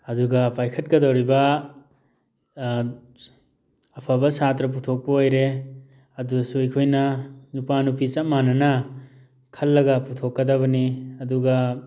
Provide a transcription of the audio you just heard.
ꯑꯗꯨꯒ ꯄꯥꯏꯈꯠꯀꯗꯧꯔꯤꯕ ꯑꯐꯕ ꯁꯥꯇ꯭ꯔ ꯄꯨꯊꯣꯛꯄ ꯑꯣꯏꯔꯦ ꯑꯗꯨꯗꯁꯨ ꯑꯩꯈꯣꯏꯅ ꯅꯨꯄꯥ ꯅꯨꯄꯤ ꯆꯞ ꯃꯥꯟꯅꯅ ꯈꯜꯂꯒ ꯄꯨꯊꯣꯛꯀꯗꯕꯅꯤ ꯑꯗꯨꯒ